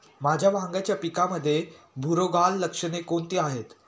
माझ्या वांग्याच्या पिकामध्ये बुरोगाल लक्षणे कोणती आहेत?